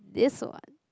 this one